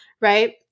right